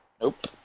Nope